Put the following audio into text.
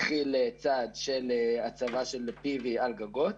התחיל צעד של הצבה של pv על גגות.